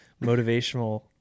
motivational